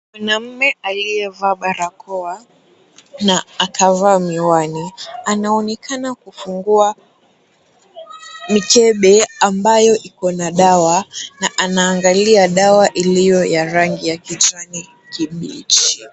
Mwanamume aliyevaa barakoa na akavaa miwani anaonekana kufungua mikebe ambayo iko na dawa na anaangalia dawa iliyo ya rangi ya kijani kibichi.